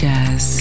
Jazz